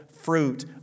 fruit